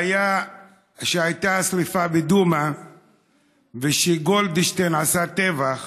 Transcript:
כשהייתה השריפה בדומא וכשגולדשטיין עשה טבח